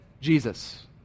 Jesus